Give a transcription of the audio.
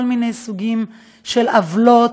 כל מיני סוגים של עוולות.